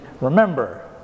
remember